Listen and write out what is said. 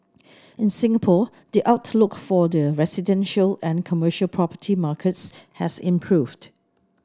in Singapore the outlook for the residential and commercial property markets has improved